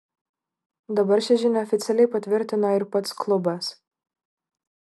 dabar šią žinią oficialiai patvirtino ir pats klubas